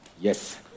Yes